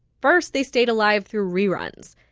first, they stayed alive through reruns.